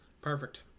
Perfect